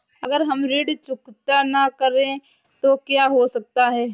अगर हम ऋण चुकता न करें तो क्या हो सकता है?